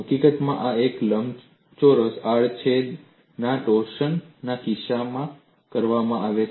હકીકતમાં આ લંબચોરસ આડ છેદના ટોર્સન ના કિસ્સામાં કરવામાં આવે છે